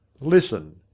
Listen